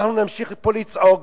אנחנו נמשיך פה לצעוק,